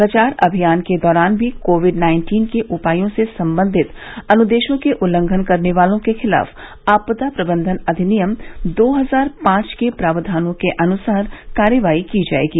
प्रचार अभियान के दौरान भी कोविड नाइन्टीन के उपायों से संबंधित अनुदेशों के उल्लंघन करने वालों के खिलाफ आपदा प्रबंधन अधिनियम दो हजार पांच के प्रावधानों के अनुसार कार्रवाई की जायेगी